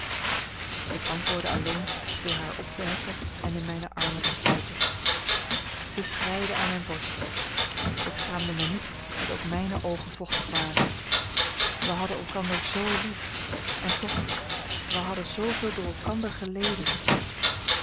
ik antwoordde alleen door haar op te heffen en in mijne armen te sluiten zij schreide aan mijne borst ik schaamde mij niet dat ook mijne oogen vochtig waren wij hadden elkander z lief en toch wij hadden zooveel door elkander geleden